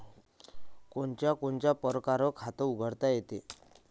कोनच्या कोनच्या परकारं खात उघडता येते?